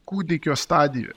kūdikio stadijoj